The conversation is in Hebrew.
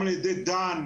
גם על ידי דן,